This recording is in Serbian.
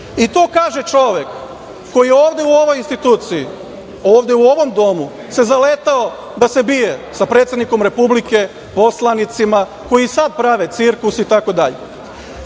I to kaže čovek koji se ovde u ovoj instituciji, ovde u ovom domu, zaletao da se bije sa predsednikom Republike, poslanicima, koji i sad prave cirkus, itd. Ja